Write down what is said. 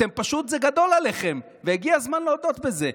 פשוט זה גדול עליכם, והגיע הזמן להודות בזה.